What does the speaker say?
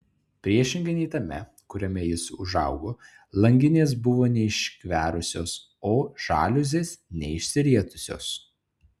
priešingai nei tame kuriame jis užaugo langinės buvo neišgverusios o žaliuzės neišsirietusios